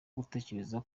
gutekereza